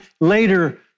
later